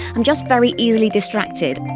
i'm just very easily distracted.